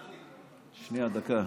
שנייה, דקה.